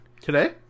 today